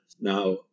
Now